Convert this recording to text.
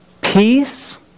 peace